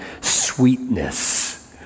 sweetness